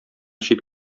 чит